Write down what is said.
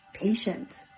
patient